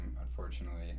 Unfortunately